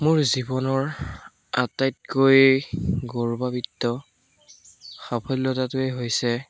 মোৰ জীৱনৰ আটাইতকৈ গৌৰৱান্বিত সাফল্যতাটোৱেই হৈছে